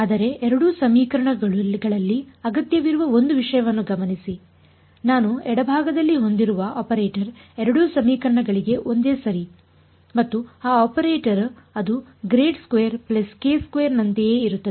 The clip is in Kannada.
ಆದರೆ ಈ ಎರಡೂ ಸಮೀಕರಣಗಳಲ್ಲಿ ಅಗತ್ಯವಿರುವ ಒಂದು ವಿಷಯವನ್ನು ಗಮನಿಸಿ ನಾನು ಎಡಭಾಗದಲ್ಲಿ ಹೊಂದಿರುವ ಆಪರೇಟರ್ ಎರಡೂ ಸಮೀಕರಣಗಳಿಗೆ ಒಂದೇ ಸರಿ ಮತ್ತು ಆ ಆಪರೇಟರ್ ಅದು ನಂತೆಯೇ ಇರುತ್ತದೆ